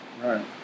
Right